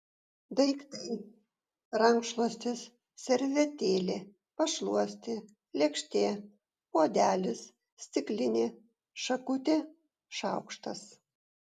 daiktai rankšluostis servetėlė pašluostė lėkštė puodelis stiklinė šakutė šaukštas